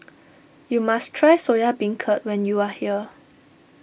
you must try Soya Beancurd when you are here